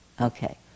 Okay